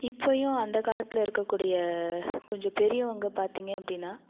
இப்பையும் அந்த காலத்தில் இருக்கக்கூடிய கொஞ்ச பெரியவங்க பார்த்தீங்க அப்படின்னா